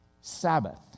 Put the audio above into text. Sabbath